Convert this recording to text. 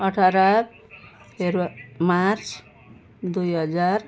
अठार फेब्र मार्च दुई हजार